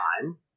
time